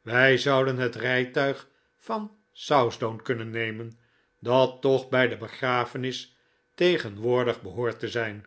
wij zouden het rijtuig van southdown kunnen nemen dat toch bij de begrafenis tegenwoordig behoort te zijn